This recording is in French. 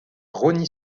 rosny